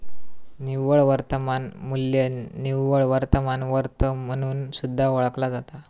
निव्वळ वर्तमान मू्ल्य निव्वळ वर्तमान वर्थ म्हणून सुद्धा ओळखला जाता